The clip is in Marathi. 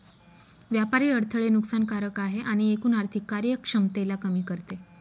व्यापारी अडथळे नुकसान कारक आहे आणि एकूण आर्थिक कार्यक्षमतेला कमी करते